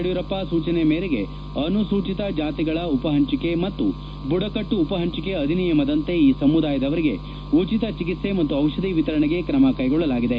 ಯಡಿಯೂರಪ್ಪ ಸೂಚನೆ ಮೇರೆಗೆ ಅನುಸೂಚಿತ ಜಾತಿಗಳ ಉಪ ಹಂಚಿಕೆ ಮತ್ತು ಬುಡಕಟ್ಟು ಉಪ ಹಂಚಿಕೆ ಅಧಿನಿಯಮದಂತೆ ಈ ಸಮುದಾಯದವರಿಗೆ ಉಚಿತ ಚಿಕಿತ್ಸೆ ಮತ್ತು ಔಷಧಿ ವಿತರಣೆಗೆ ಕ್ರಮ ಕೈಗೊಳ್ಳಲಾಗಿದೆ